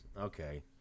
Okay